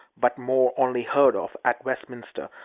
but more only heard of, at westminster,